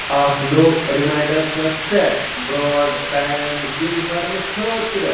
اکھ نوٚو رِماینٛڈر کَر سیٚٹ برٛاڈ بینٛڈ بِل بھرنہٕ خٲطرٕ